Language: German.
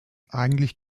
eigentlich